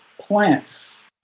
plants